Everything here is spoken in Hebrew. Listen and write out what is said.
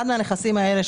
אחד הנכסים האלה,